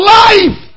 life